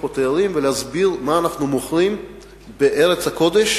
לפה תיירים ולהסביר מה אנחנו מוכרים בארץ הקודש,